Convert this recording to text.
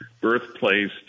birthplace